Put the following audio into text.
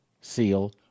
seal